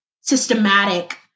systematic